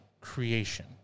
creation